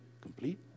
complete